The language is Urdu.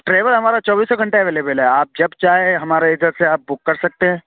ٹریول ہمارا چوبیسوں گھنٹہ ایویلیبل ہے آپ جب چاہیں ہمارے اِدھر سے آپ بک کر سکتے ہیں